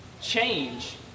change